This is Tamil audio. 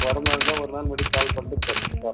வர மாதிரி இருந்தால் ஒரு முன்னாடியே கால் பண்ணிட்டு வாங்க